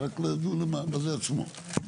זה רק לדון בזה עצמו.